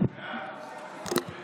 (קוראת